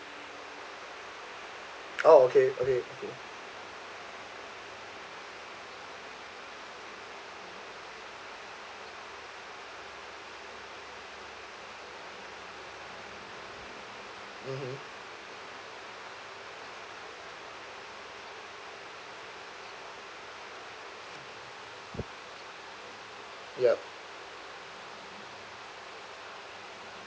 oh okay okay mmhmm yup